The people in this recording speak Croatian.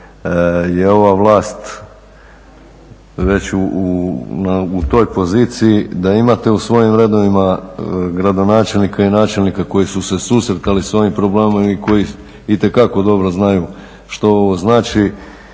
je ova vlast već u toj poziciji da imate u svojim redovima gradonačelnika i načelnika koji su se susretali s ovim problemom i koji itekako dobro znaju što ovo znači